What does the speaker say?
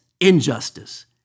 injustice